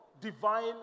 divine